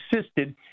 assisted